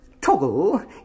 toggle